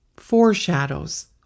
Foreshadows